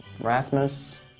Rasmus